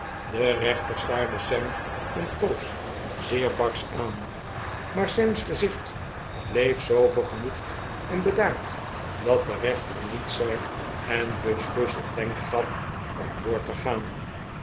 de rechter staarde sam een poos zeer barsch aan maar sam's gezicht bleef zoo vergenoegd en bedaard dat de rechter niets zei en buzfuz een wenk gaf om voort te gaan